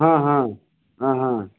हाँ हाँ हाँ हाँ